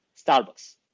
Starbucks